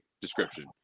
description